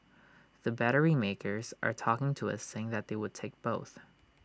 the battery makers are talking to us saying that they would take both